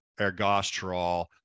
ergosterol